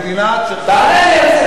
האם המדינה צריכה לפנות